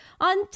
on